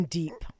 deep